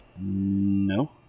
no